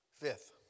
Fifth